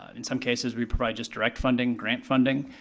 in some cases, we provide just direct funding, grant funding.